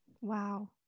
Wow